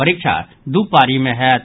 परीक्षा दू पारी मे होयत